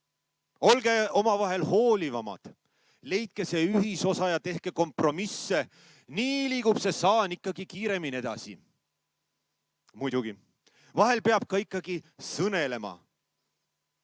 Olge omavahel hoolivamad, leidke see ühisosa ja tehke kompromisse. Nii liigub see saan ikkagi kiiremini edasi. Muidugi, vahel peab ka ikkagi sõnelema.